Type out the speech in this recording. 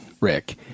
Rick